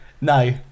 no